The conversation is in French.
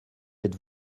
êtes